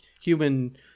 human